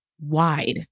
wide